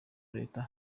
leta